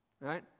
Right